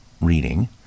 reading